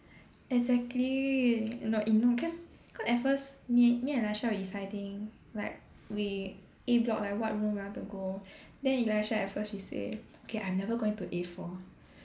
exactly no you know cause cause at first me me and Elisha were deciding like we A block like what room we want to go then Elisha at first she say okay I'm never going to A four